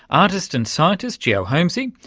artist and scientist geo homsy,